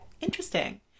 Interesting